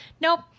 Nope